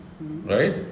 right